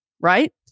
Right